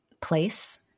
place